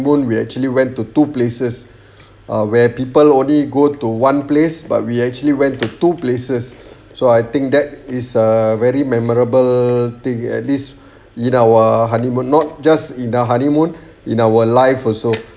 moon we actually went to two places ah where people only go to one place but we actually went to two places so I think that is a very memorable thing at least in our honeymoon not just in the honeymoon in our life also